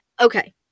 Okay